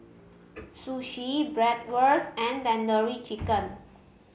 Sushi Bratwurst and Tandoori Chicken